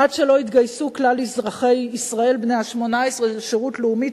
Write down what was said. עד שלא יתגייסו כלל אזרחי ישראל בני ה-18 לשירות לאומי,